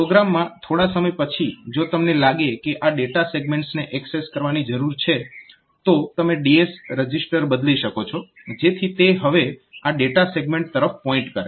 પ્રોગ્રામમાં થોડા સમય પછી જો તમને લાગે કે આ ડેટા સેગમેન્ટ્સને એક્સેસ કરવાની જરૂર છે તો તમે DS રજીસ્ટર બદલી શકો છો જેથી તે હવે આ ડેટા સેગમેન્ટ તરફ પોઇન્ટ કરે